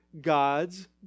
God's